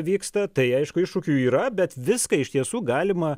vyksta tai aišku iššūkių yra bet viską iš tiesų galima